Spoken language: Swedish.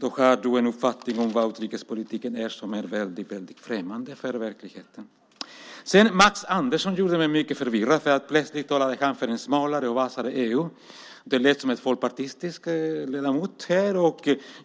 har du en uppfattning om vad utrikespolitik är som är väldigt verklighetsfrämmande. Max Andersson gjorde mig mycket förvirrad. Plötsligt talade han för ett smalare och vassare EU. Han lät som en folkpartistisk ledamot.